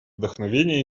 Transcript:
вдохновения